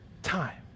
time